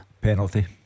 Penalty